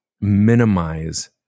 minimize